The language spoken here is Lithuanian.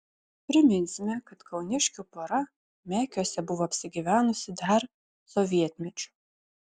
priminsime kad kauniškių pora mekiuose buvo apsigyvenusi dar sovietmečiu